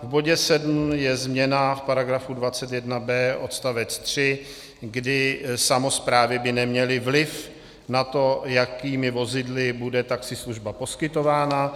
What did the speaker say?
V bodě sedm je změna v § 21b odst. 3, kdy samosprávy by neměly vliv na to, jakými vozidly bude taxislužba poskytována.